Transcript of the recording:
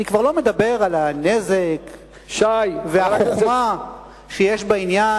אני כבר לא מדבר על הנזק והחוכמה שיש בעניין,